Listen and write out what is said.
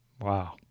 Wow